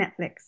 netflix